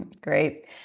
Great